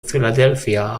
philadelphia